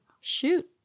Shoot